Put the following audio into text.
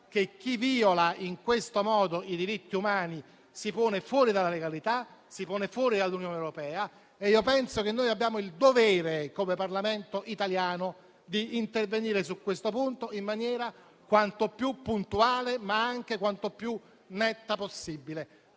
che chi viola in questo modo i diritti umani si pone fuori dalla legalità, fuori dall'Unione europea. E penso che noi abbiamo il dovere come Parlamento italiano di intervenire su questa vicenda in maniera quanto più puntuale, ma anche quanto più netta possibile.